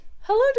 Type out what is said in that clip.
Hello